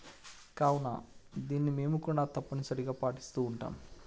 కావున దీనిమేము కూడా తప్పనిసరిగా పాటిస్తు ఉంటాం